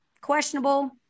questionable